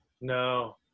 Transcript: No